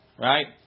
Right